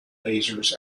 lasers